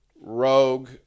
Rogue